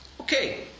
okay